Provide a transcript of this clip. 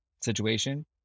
situation